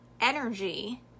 energy